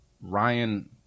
Ryan